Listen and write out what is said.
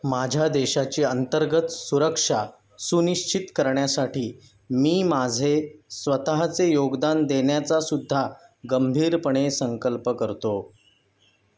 माझ्या देशाची अंतर्गत सुरक्षा सुनिश्चित करण्यासाठी मी माझे स्वतःचे योगदान देण्याचासुद्धा गंभीरपणे संकल्प करतो